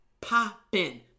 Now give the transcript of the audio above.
popping